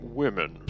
...women